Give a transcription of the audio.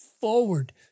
forward